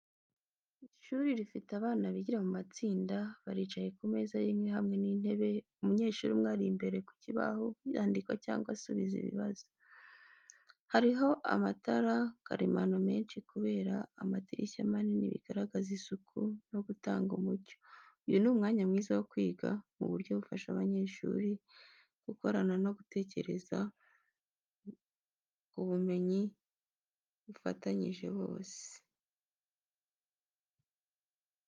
Ishuri rifite abana bigira mu matsinda. Baricaye ku meza y’inkwi hamwe n’intebe, umunyeshuri umwe ari imbere ku kibaho yandika cyangwa asubiza ikibazo. Hariho amatara karemano menshi kubera amadirishya manini bigaragaza isuku no gutanga umucyo. Uyu ni umwanya mwiza wo kwiga mu buryo bufasha abanyeshuri gukorana no gutekereza ku bumenyi bafatanyije bose.